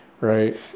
right